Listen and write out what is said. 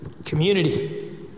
Community